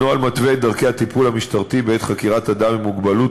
הנוהל מתווה את דרכי הטיפול המשטרתי בעת חקירת אדם עם מוגבלות,